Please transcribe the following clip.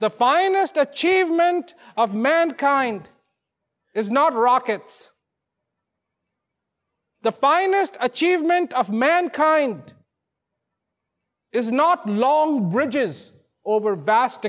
the finest achievement of mankind is not rockets the finest achievement of mankind is not long bridges over vast